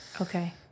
Okay